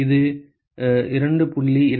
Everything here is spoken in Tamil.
இது 2